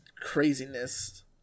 craziness